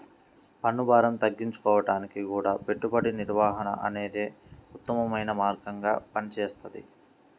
పన్నుభారం తగ్గించుకోడానికి గూడా పెట్టుబడి నిర్వహణ అనేదే ఉత్తమమైన మార్గంగా పనిచేస్తది